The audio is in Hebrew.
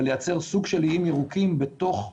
ולייצר סוג של איים ירוקים בתוך העיר.